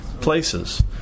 places